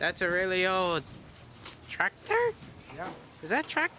that's a really old track track